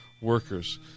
workers